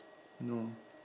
no